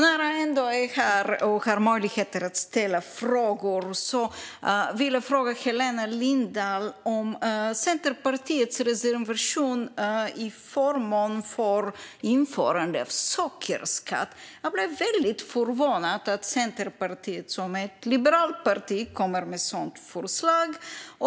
När jag ändå är här och har möjlighet att ställa frågor vill jag fråga Helena Lindahl om Centerpartiets reservation till förmån för införande av sockerskatt. Jag blev väldigt förvånad över att Centerpartiet, som är ett liberalt parti, kommer med ett sådant förslag.